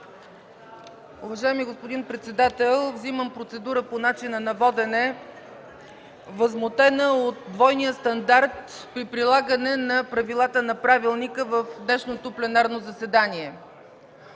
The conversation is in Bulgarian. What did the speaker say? Уважаеми господин председател, вземам процедура по начина на водене, възмутена от двойния стандарт при прилагане на правилата на Правилника в днешното пленарно заседание.